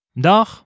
Dag